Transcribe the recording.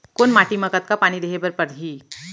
कोन माटी म कतका पानी देहे बर परहि?